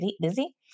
busy